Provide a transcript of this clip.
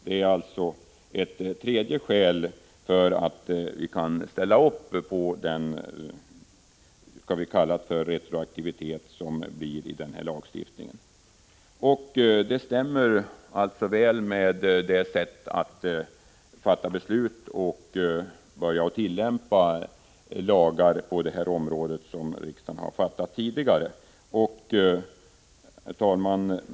Det är ett tredje skäl till att vi kan ställa upp på att lagstiftningen tillämpas retroaktivt, om vi skall kalla det så. Det stämmer alltså väl med det sätt att fatta beslut och börja tillämpa lagar som riksdagen tidigare använt på det här området. Herr talman!